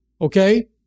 Okay